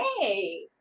hey